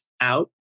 out